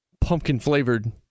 pumpkin-flavored